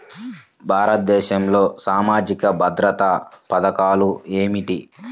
భారతదేశంలో సామాజిక భద్రతా పథకాలు ఏమిటీ?